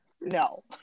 No